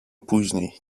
później